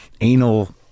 anal